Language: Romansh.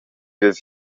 ils